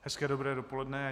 Hezké dobré dopoledne.